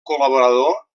col·laborador